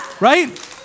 Right